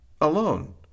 alone